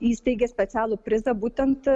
įsteigė specialų prizą būtent